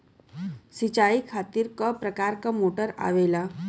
सिचाई खातीर क प्रकार मोटर आवेला?